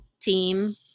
team